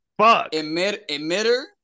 emitter